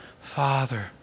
Father